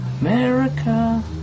America